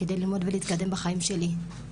כדי ללמוד ולהתקדם בחיים שלי,